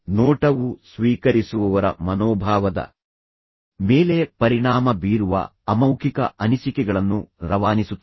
ನೋಟವು ಸ್ವೀಕರಿಸುವವರ ಮನೋಭಾವದ ಮೇಲೆ ಪರಿಣಾಮ ಬೀರುವ ಅಮೌಖಿಕ ಅನಿಸಿಕೆಗಳನ್ನು ರವಾನಿಸುತ್ತದೆ